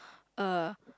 uh